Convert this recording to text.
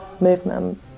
movement